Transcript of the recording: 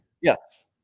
yes